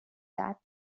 that